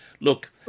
Look